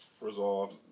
Resolved